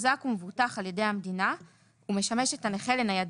תוחזק ומבוטח על ידי המדינה משמש את הנכה לניידותו.